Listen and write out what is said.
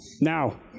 Now